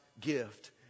gift